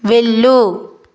వెళ్ళు